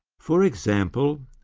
for example,